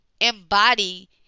embody